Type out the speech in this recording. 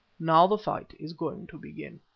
now the fight is going to begin.